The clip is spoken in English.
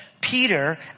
Peter